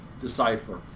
decipher